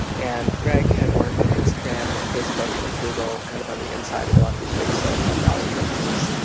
and greg had worked at instagram and at facebook and at google, kind of on the inside of a lot of these big silicon valley companies,